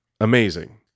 amazing